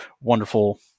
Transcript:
wonderful